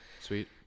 sweet